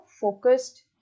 focused